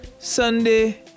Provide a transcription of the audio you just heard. Sunday